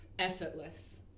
effortless